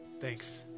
Thanks